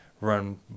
run